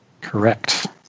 Correct